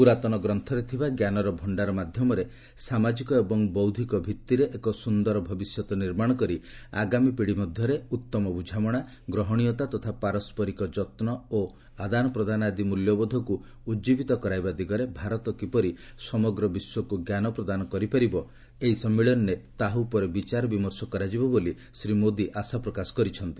ପୁରାତନ ଗ୍ରନ୍ଥରେ ଥିବା ଜ୍ଞାନର ଭଷ୍ଠାର ମାଧ୍ୟମରେ ସାମାଜିକ ଏବଂ ବୌଦ୍ଧିକ ଭିଭିରେ ଏକ ସୁନ୍ଦର ଭବିଷ୍ୟତ ନିର୍ମାଣ କରି ଆଗାମୀ ପିଢ଼ି ମଧ୍ୟରେ ଉତ୍ତମ ବୁଝାମଣା ଗ୍ରହଣୀୟତା ତଥା ପାରସ୍କରିକ ଯତ୍ନ ଓ ଆଦାନ ପ୍ରଦାନ ଆଦି ମୂଲ୍ୟବୋଧକୁ ଉଜୀବିତ କରାଇବା ଦିଗରେ ଭାରତ କିପରି ସମଗ୍ର ବିଶ୍ୱକୁ ଜ୍ଞାନ ପ୍ରଦାନ କରିପାରିବ ଏହି ସମ୍ମିଳନୀରେ ତାହା ଉପରେ ବିଚାର ବିମର୍ଷ କରାଯିବ ବୋଲି ଶ୍ରୀ ମୋଦି ଆଶା ପ୍ରକାଶ କରିଛନ୍ତି